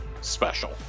special